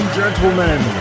gentlemen